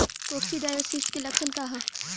Coccidiosis के लक्षण का ह?